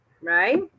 right